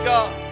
God